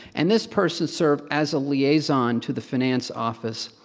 and this person serve as a liaison to the finance office.